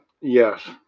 Yes